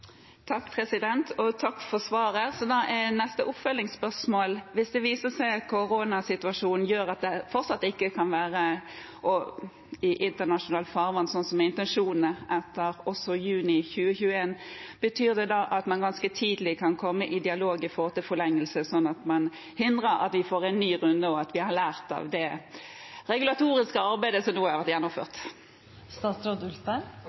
Takk for svaret. Da er neste oppfølgingsspørsmål: Hvis det viser seg at koronasituasjonen gjør at det fortsatt ikke kan være i internasjonalt farvann, slik intensjonen er, etter juni 2021, kan man da ganske tidlig komme i dialog om en forlengelse, slik at man hindrer at vi får en ny runde, og at vi har lært av det regulatoriske arbeidet som nå er gjennomført? For det første håper jeg virkelig at vi har